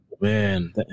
Man